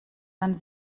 man